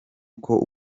uko